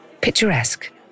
picturesque